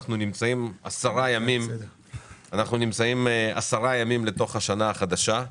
אנחנו נמצאים עשרה ימים בתוך השנה החדשה.